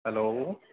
hello